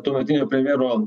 tuometinio premjero